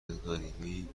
غریبهای